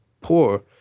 poor